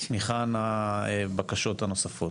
מכאן הבקשות הנוספות.